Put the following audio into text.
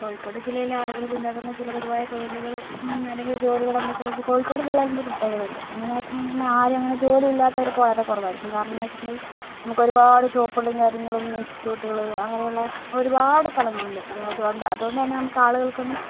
കോഴിക്കോട് ജില്ലയിലെ ആളുകള് പിന്തുടരുന്ന ചില പൊതുവായ തൊഴിലുകള് അല്ലെങ്കില് ജോലികള് എന്തൊക്കെയാണെന്ന് ചോദിച്ചാൽ കോഴിക്കോട് ജില്ലയിലൊരു പ്രത്യേകത ഉണ്ട് മെയിന് ആയിട്ട് എന്ന് പറഞ്ഞാൽ ആരും അങ്ങനെ ജോലി ഇല്ലാത്തവരൊക്കെ വളരെ കുറവായിരിക്കും കാരണം എന്ന് വെച്ചിട്ടുണ്ടെങ്കിൽ നമുക്ക് ഒരുപാട് ഷോപ്പുകളും കാര്യങ്ങളും ഇന്സ്റ്റിട്ട്യൂട്ടുകൾ അങ്ങനെയുള്ള ഒരുപാട് സ്ഥലങ്ങളുണ്ട് അതായതുകൊണ്ട് അത് കൊണ്ടു തന്നെ നമുക്ക് ആളുകള്ക്കൊന്നും